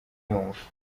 yumva